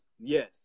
Yes